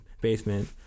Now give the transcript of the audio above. basement